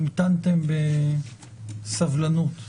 המתנתם בסבלנות.